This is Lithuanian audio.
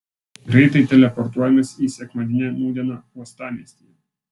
greitai teleportuojamės į sekmadieninę nūdieną uostamiestyje